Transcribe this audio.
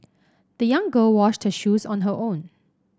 the young girl washed her shoes on her own